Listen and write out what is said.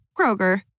Kroger